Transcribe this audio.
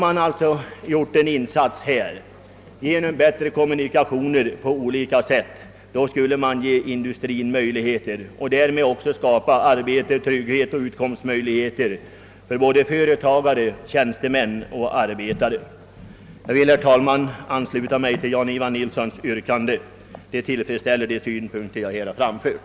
Om samhället gör en insats i form av bättre kommunikationer på olika sätt skulle industrin få möjligheter att utvecklas. Därmed skulle också skapas arbetsmöjligheter, trygghet och utkomstmöjligheter för såväl företagare, tjänstemän som arbetare. Herr talman! Jag vill ansluta mig till yrkandet av herr Nilsson i Tvärålund. Ett beslut i enlighet med hans yrkande skulle tillgodose de önskemål jag här har framfört.